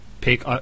pick